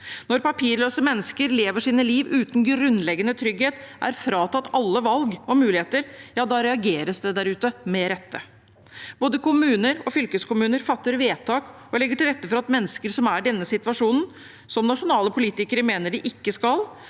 Når papirløse mennesker lever sitt liv uten grunnleggende trygghet, er fratatt alle valg og muligheter, reageres det der ute – med rette. Både kommuner og fylkeskommuner fatter vedtak og legger til rette for mennesker som er i denne situasjonen, som nasjonale politikere mener de ikke skal